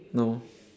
no